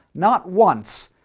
not once,